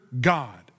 God